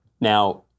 Now